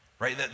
right